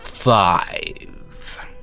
Five